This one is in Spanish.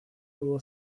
hubo